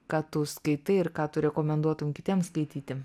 ką tu skaitai ir ką tu rekomenduotum kitiem skaityti